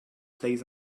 plays